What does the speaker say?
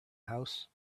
house